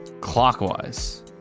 clockwise